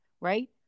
right